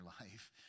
life